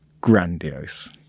grandiose